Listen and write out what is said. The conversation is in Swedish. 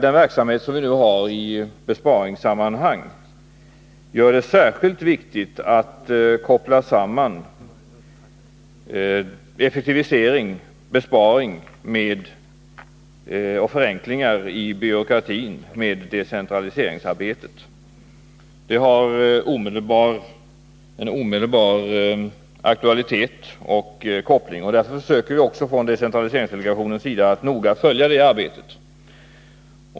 Den verksamhet som vi nu bedriver i besparingssammanhang gör det särskilt viktigt att koppla samman effektivisering, besparingar och förenklingar i byråkratin med decentraliseringsarbetet. Det har en omedelbar aktualitet. Därför försöker vi också från decentraliseringsdelegationens sida att noga följa det arbetet.